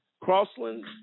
Crossland